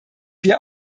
wir